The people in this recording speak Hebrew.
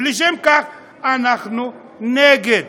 ומשום כך אנחנו נגד.